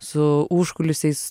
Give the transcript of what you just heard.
su užkulisiais